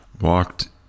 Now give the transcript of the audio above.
walked